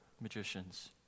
magicians